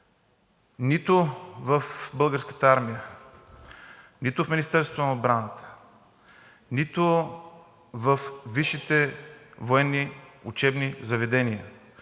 нито в Българската армия, нито в Министерството на отбраната, нито във висшите военни учебни заведения